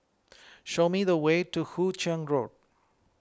show me the way to Hu Ching Road